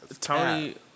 Tony